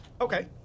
Okay